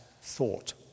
thought